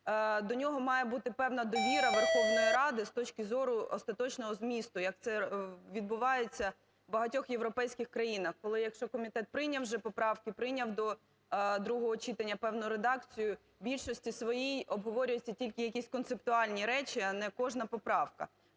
до нього має бути певна довіра Верховної Ради з точки зору остаточного змісту, як це відбувається в багатьох європейських країнах. Коли, якщо комітет прийняв вже поправки, прийняв до другого читання певну редакцію, в більшості своїй обговорюються тільки якісь концептуальні речі, а не кожна поправка.